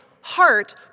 heart